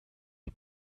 dem